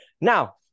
Now